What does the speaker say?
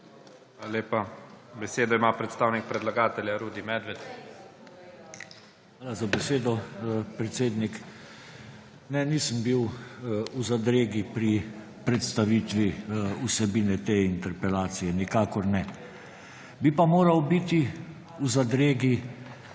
lepa. Besedo ima predstavnik predlagatelja Rudi Medved. **RUDI MEDVED (PS LMŠ):** Hvala za besedo, predsednik. Ne, nisem bil v zadregi pri predstavitvi vsebine te interpelacije, nikakor ne. Bi pa moral biti v zadregi